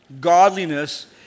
Godliness